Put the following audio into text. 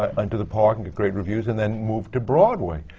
um into the park and got great reviews and then moved to broadway!